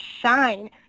shine